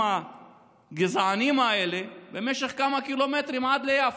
הגזענים האלה במשך כמה קילומטרים עד ליפו.